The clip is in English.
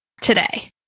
today